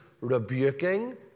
rebuking